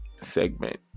segment